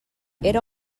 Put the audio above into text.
era